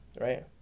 Right